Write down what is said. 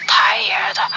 tired